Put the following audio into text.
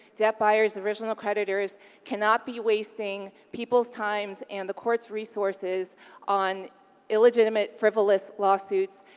debt buyers, original creditors cannot be wasting people's times and the court's resources on illegitimate, frivolous lawsuits,